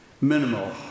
minimal